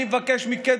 אני מבקש מכם,